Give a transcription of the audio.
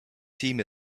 team